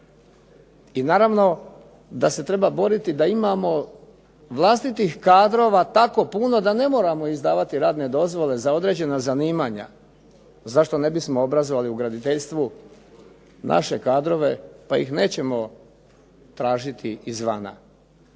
i naravno da se treba boriti da imamo vlastitih kadrova tako puno da ne moramo izdavati radne dozvole za određena zanimanja. Zašto ne bismo obrazovali u graditeljstvu naše kadrove pa ih nećemo tražiti izvana.